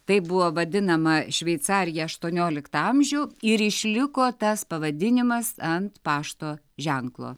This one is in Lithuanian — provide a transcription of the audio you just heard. taip buvo vadinama šveicarija aštuonioliktą amžių ir išliko tas pavadinimas ant pašto ženklo